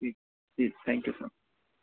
जी जी thank you sir